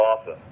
awesome